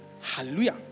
Hallelujah